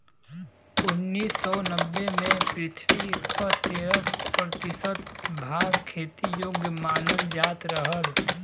उन्नीस सौ नब्बे में पृथ्वी क तेरह प्रतिशत भाग खेती योग्य मानल जात रहल